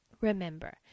Remember